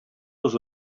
was